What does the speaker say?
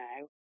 now